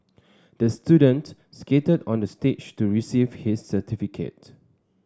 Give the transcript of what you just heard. the student skated onto the stage to receive his certificate